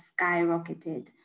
skyrocketed